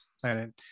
planet